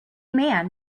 man